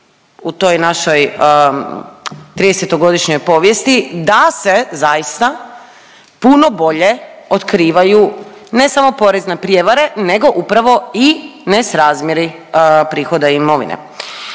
u toj našoj 30-togodišnjoj povijesti da se zaista puno bolje otkrivaju ne samo porezne prijevare nego upravo i nesrazmjeri prihoda i imovina.